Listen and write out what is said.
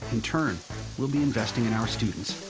in turn we'll be investing in our students.